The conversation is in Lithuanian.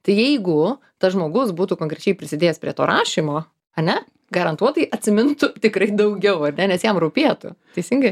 tai jeigu tas žmogus būtų konkrečiai prisidėjęs prie to rašymo ane garantuotai atsimintų tikrai daugiau ar ne nes jam rūpėtų teisingai